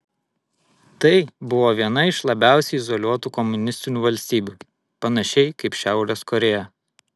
tai buvo viena iš labiausiai izoliuotų komunistinių valstybių panašiai kaip šiaurės korėja